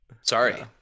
Sorry